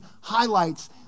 highlights